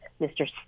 Mr